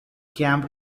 camp